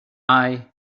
i—i